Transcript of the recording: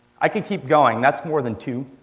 i could keep going. that's more than two.